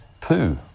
poo